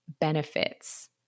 benefits